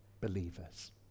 believers